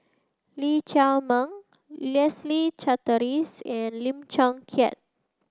Lee Chiaw Meng Leslie Charteris and Lim Chong Keat